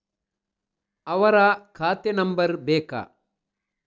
ಅವರ ಖಾತೆ ನಂಬರ್ ಬೇಕಾ?